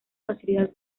facilidad